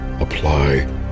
Apply